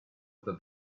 ever